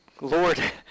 Lord